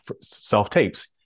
self-tapes